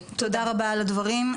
תודה רבה על הדברים.